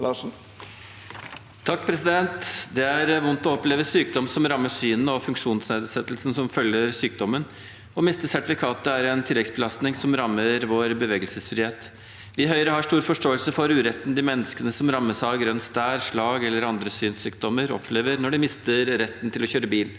(H) Det er vondt å opple- ve sykdom som rammer synet, og funksjonsnedsettelsen som følger sykdommen. Å miste sertifikatet er en tilleggsbelastning som rammer vår bevegelsesfrihet. Vi i Høyre har stor forståelse for uretten de menneskene som rammes av slag og grønn stær eller andre øyesykdommer, opplever når de mister retten til å kjøre bil.